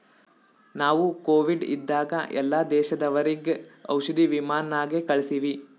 ನಾವು ಕೋವಿಡ್ ಇದ್ದಾಗ ಎಲ್ಲಾ ದೇಶದವರಿಗ್ ಔಷಧಿ ವಿಮಾನ್ ನಾಗೆ ಕಳ್ಸಿವಿ